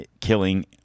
killing